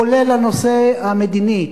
כולל הנושא המדיני,